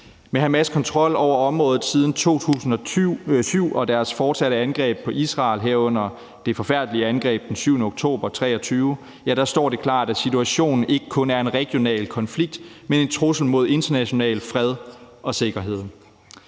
Med Hamas' kontrol over området siden 2007 og deres fortsatte angreb på Israel, herunder det forfærdelige angreb den 7. oktober 2023, står det klart, at situationen ikke kun er en regional konflikt, men en trussel mod international fred og sikkerhed.